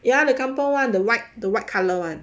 ya the kampung [one] the white the white colour [one]